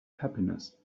happiness